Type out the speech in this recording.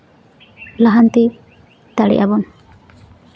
ᱞᱟᱦᱟᱱᱛᱤ ᱫᱟᱲᱮᱭᱟᱜᱼᱟ ᱵᱚᱱ